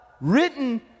written